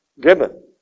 given